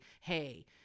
hey